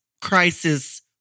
crisis